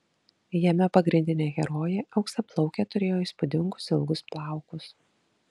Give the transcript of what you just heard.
jame pagrindinė herojė auksaplaukė turėjo įspūdingus ilgus plaukus